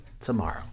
tomorrow